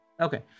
Okay